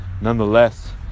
nonetheless